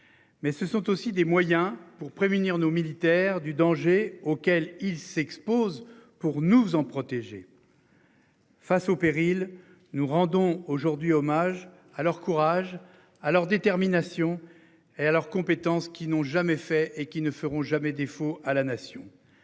Mais ce sont aussi des moyens pour prémunir nos militaires du danger auquel il s'expose. Pour nous en protéger. Face au péril nous rendons aujourd'hui hommage à leur courage à leur détermination et à alors. Compétences qui n'ont jamais fait et qui ne feront jamais défaut à la nation